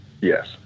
Yes